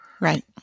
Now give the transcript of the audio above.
Right